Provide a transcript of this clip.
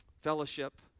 fellowship